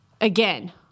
again